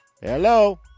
Hello